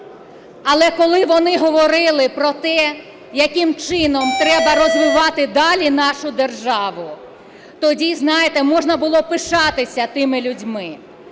Але, коли вони говорили про те яким чином треба розвивати далі нашу державу, тоді знаєте можна було б пишатися тими людьми.